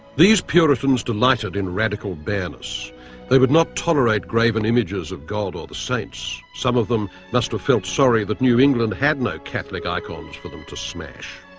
these puritans delighted in radical bareness they would not tolerate graven images of god or the saints. some of them must've felt sorry that new england had no catholic icons for them to smash,